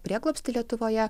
prieglobstį lietuvoje